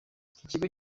kigo